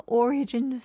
origin